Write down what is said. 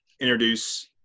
introduce